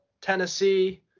Tennessee